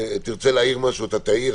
ואתה תרצה להעיר משהו, אתה תעיר.